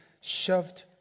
shoved